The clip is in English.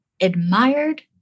admired